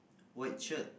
white shirt